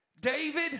David